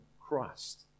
Christ